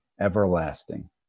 everlasting